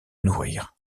nourrir